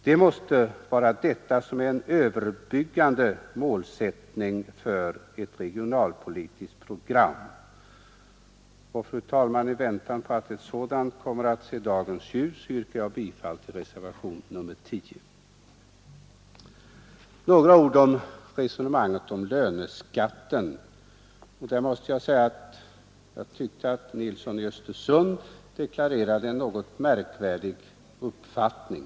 Det måste vara en överbryggande målsättning för ett regionalpolitiskt program. I väntan på att ett sådant kommer att se dagens ljus yrkar jag bifall till reservationen 10. Några ord om resonemanget beträffande löneskatten. Jag tyckte att herr Nilsson i Östersund deklarerade en något märkvärdig uppfattning.